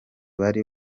bari